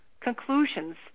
conclusions